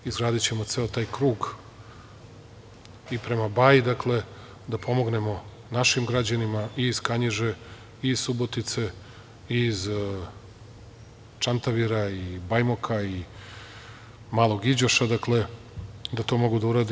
Izgradićemo ceo taj krug i prema Baji, dakle da pomognemo našim građanima i iz Kanjiže, i iz Subotice, i iz Čantavira, Bajmoka i Malog Iđoša, da to mogu da urade.